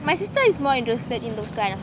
my sister is more interested in those kind of stuff